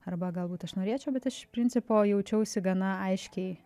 arba galbūt aš norėčiau bet iš principo jaučiausi gana aiškiai